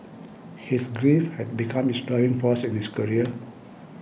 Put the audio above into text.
his grief had become his driving force in his career